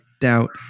doubt